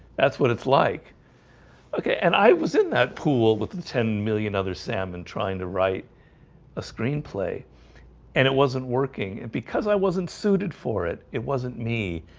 that's what it's like okay, and i was in that pool with the ten million other salmon trying to write a screenplay and it wasn't working and because i wasn't suited for it. it wasn't me.